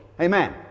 Amen